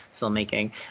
filmmaking